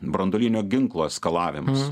branduolinio ginklo eskalavimas